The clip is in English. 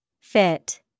Fit